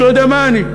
לא יודע מה אני.